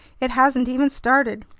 it hasn't even started.